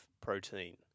protein